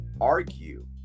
argue